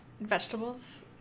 Vegetables